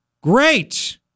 Great